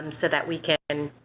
so that we can